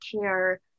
care